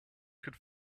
could